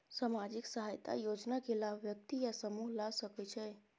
सामाजिक सहायता योजना के लाभ व्यक्ति या समूह ला सकै छै?